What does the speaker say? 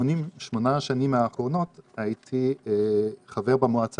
ובשמונה השנים האחרונות הייתי חבר במועצה